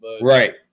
Right